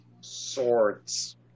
Swords